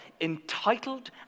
entitled